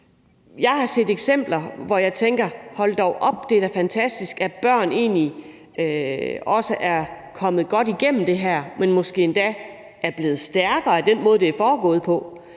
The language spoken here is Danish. Jeg har set eksempler, hvor jeg tænker: Hold dog op, det er da fantastisk, at børn egentlig er kommet godt igennem det her, og måske endda er blevet stærkere af den måde, det er foregået på.